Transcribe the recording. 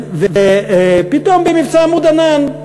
ופתאום במבצע "עמוד ענן"